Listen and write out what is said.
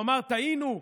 לומר: טעינו,